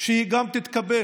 שהיא גם תתקבל,